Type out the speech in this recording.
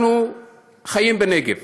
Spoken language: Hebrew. אנחנו חיים בנגב,